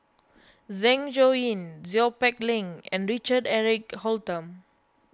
Zeng Shouyin Seow Peck Leng and Richard Eric Holttum